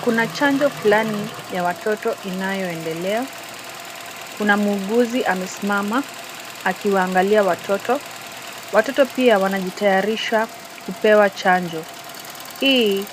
Kuna chanjo fulani ya watoto inayoendelea. Kuna muuguzi amesimama akiwaangalia watoto. Watoto pia wanajitayarisha kupewa chanjo. Hii